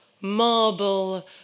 marble